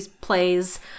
plays